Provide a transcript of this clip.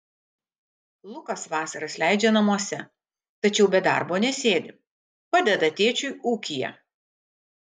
lukas vasaras leidžia namuose tačiau be darbo nesėdi padeda tėčiui ūkyje